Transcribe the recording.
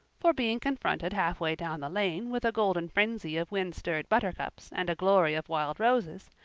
for being confronted halfway down the lane with a golden frenzy of wind-stirred buttercups and a glory of wild roses,